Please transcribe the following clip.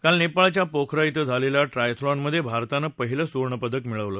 काल नेपाळच्या पोखरा इथं झालेल्या ट्रायथालॉन मधे भारतानं पहिलं सुवर्णपदक मिळवलं